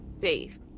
safe